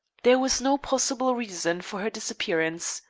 there was no possible reason for her disappearance.